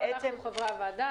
חברי הוועדה,